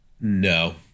No